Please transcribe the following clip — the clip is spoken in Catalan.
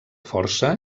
força